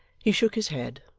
he shook his head,